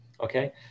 Okay